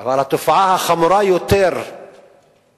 אבל התופעה החמורה יותר בבתי-הספר